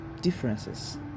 differences